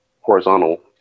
horizontal